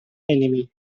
enemy